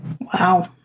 Wow